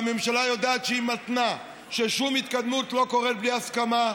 והממשלה יודעת שהיא מתנה ששום התקדמות לא קורית בלי הסכמה,